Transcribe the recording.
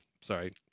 sorry